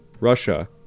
Russia